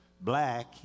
Black